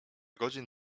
godzin